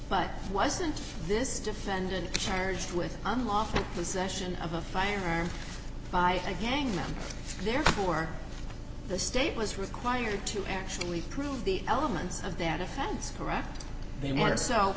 but wasn't this defendant charged with unlawful possession of a firearm by a gang member therefore the state was required to actually prove the elements of that offense correct